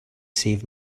save